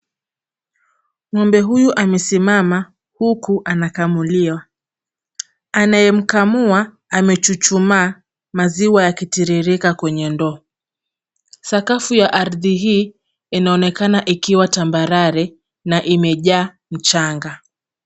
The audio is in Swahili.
Ng'ombe huyu amesimama, huku anakamuliwa. Anayemkamua amechuchumaa, maziwa yakitiririka kwenye ndoo. Sakafu ya ardhi hii inaonekana ikiwa tambarare, na imejaa mchanga.